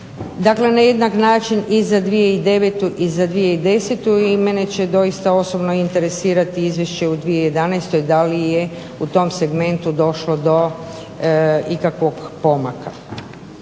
dakle, na jednak način za 2009. i 2010. i mene će doista osobno interesirati izvješće u 2011. da li je u tom segmentu došlo do ikakvog pomaka.